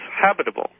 habitable